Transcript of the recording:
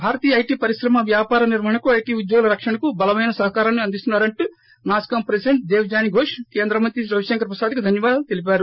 భారతీయ IT పరిశ్రమ వ్యాపార నిర్వహణకు ఐటీ ఉద్యోగుల రక్షణకు బలమైన సహకారాన్ని అందిస్తున్నా రంటూ నాస్కామ్ ప్రెసిడెంట్ దేవ్జానీ ఘోష్ కేంద్రమంత్రి రవిశంకర్ ప్రసాద్కు ధన్యావాదాలు తెలిపారు